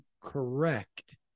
correct